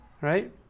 right